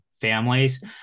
families